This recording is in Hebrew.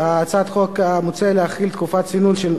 הצעת החוק מציעה להחיל תקופת צינון על